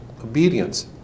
obedience